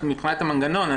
מבחינת המנגנון,